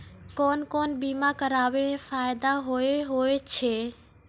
कोन कोन बीमा कराबै मे फायदा होय होय छै?